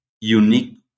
unique